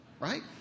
Right